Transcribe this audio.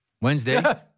Wednesday